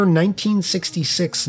1966